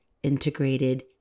integrated